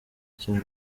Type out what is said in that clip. cyane